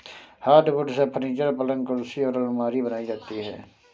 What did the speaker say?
hardwood से furniture, पलंग कुर्सी और आलमारी बनाई जाती है